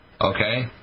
Okay